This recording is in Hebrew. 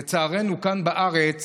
לצערנו, כאן בארץ